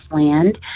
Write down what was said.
land